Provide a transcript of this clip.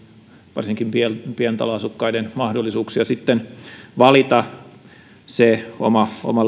varsinkin pientaloasukkaiden mahdollisuuksia valita oma oma